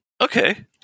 Okay